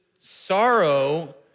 sorrow